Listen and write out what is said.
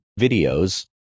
videos